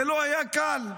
זה לא היה קל.